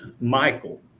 Michael